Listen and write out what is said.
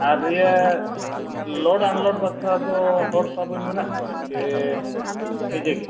ᱟᱨ ᱤᱭᱟᱹ load unload ᱵᱟᱠᱷᱨᱟ ᱫᱚ ᱦᱚᱲ ᱛᱟᱹᱵᱤᱱ ᱢᱮᱱᱟᱜ ᱠᱚᱣᱟ ᱥᱮ ᱱᱤᱡᱮ ᱜᱮ